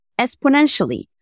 exponentially